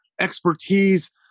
expertise